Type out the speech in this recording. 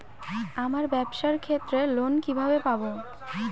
আমার ব্যবসার ক্ষেত্রে লোন কিভাবে পাব?